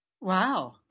Wow